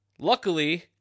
Luckily